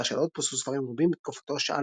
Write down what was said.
מאחר שלא הודפסו ספרים רבים בתקופתו,